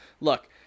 Look